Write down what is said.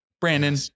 Brandon